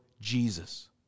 Jesus